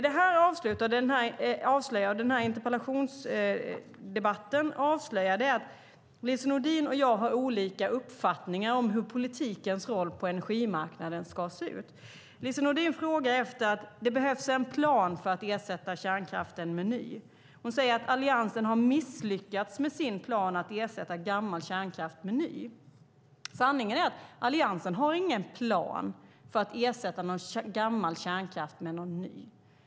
Det denna interpellationsdebatt avslöjar är att Lise Nordin och jag har olika uppfattningar om hur politikens roll på energimarknaden ska se ut. Lise Nordin frågar efter en plan för att ersätta kärnkraften med ny och säger att Alliansen har misslyckats med sin plan att ersätta gammal kärnkraft med ny. Sanningen är att Alliansen inte har någon plan för att ersätta gammal kärnkraft med ny.